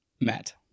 Matt